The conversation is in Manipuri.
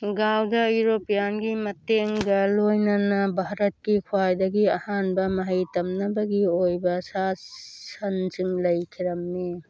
ꯒꯥꯎꯗ ꯌꯨꯎꯔꯣꯄꯤꯌꯥꯟꯒꯤ ꯃꯇꯦꯡꯒ ꯂꯣꯏꯅꯅ ꯚꯥꯔꯠꯀꯤ ꯈ꯭ꯋꯥꯏꯗꯒꯤ ꯑꯍꯥꯟꯕ ꯃꯍꯩ ꯇꯝꯅꯕꯒꯤ ꯑꯣꯏꯕ ꯁꯥꯁꯟꯁꯤꯡ ꯂꯩꯈꯤꯔꯝꯃꯤ